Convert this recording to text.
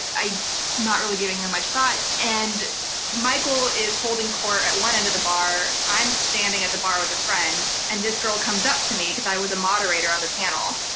i'm not really giving her much thought, and michael is holding court at one end of the bar, i'm standing at the bar with a friend, and this girl comes up to me, because i was a moderator on the panel,